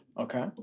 Okay